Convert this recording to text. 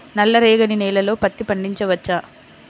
నల్ల రేగడి నేలలో పత్తి పండించవచ్చా?